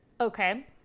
Okay